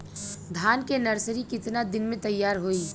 धान के नर्सरी कितना दिन में तैयार होई?